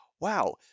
wow